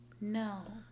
No